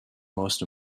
most